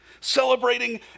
Celebrating